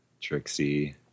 Trixie